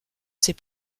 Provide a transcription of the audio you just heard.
ces